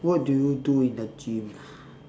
what do you do in the gym